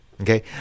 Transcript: Okay